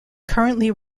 currently